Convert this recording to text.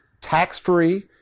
tax-free